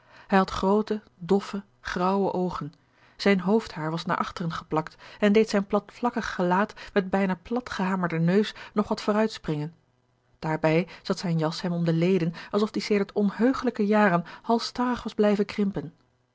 had groote doffe graauwe oogen zijn hoofdhaar was naar achteren geplakt en deed zijn platvlakkig gelaat met bijna platgehamerden neus nog wat vooruitspringen daarbij zat zijn jas hem om de leden alsof die sedert onheugelijke jaren halsstarrig was blijven krimpen